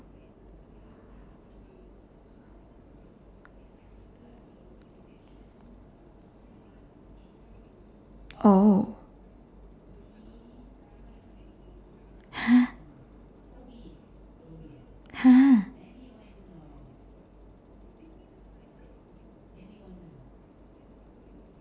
oh !huh! !huh!